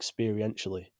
experientially